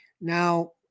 now